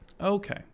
okay